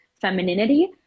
femininity